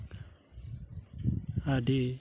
ᱟᱹᱰᱤ